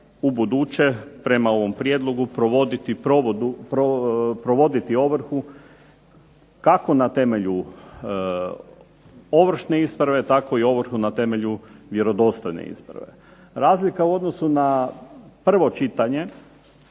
u buduće prema ovom prijedlogu provoditi ovrhu kako na temelju ovršne isprave tako i ovrhu na temelju vjerodostojne isprave. Razlika u odnosu na prvo čitanje